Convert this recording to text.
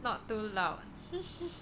not too loud